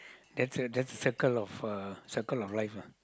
that's a that's circle of uh circle of life lah